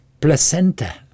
placenta